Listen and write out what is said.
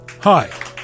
Hi